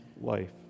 life